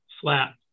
Flat